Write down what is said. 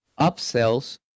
upsells